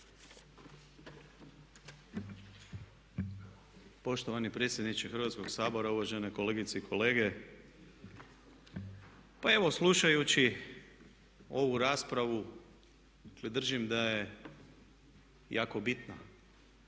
Poštovani predsjedniče Hrvatskoga sabora, uvažene kolegice i kolege. Pa evo slušajući ovu raspravu, dakle držim da je jako bitna.